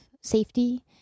safety